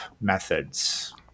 methods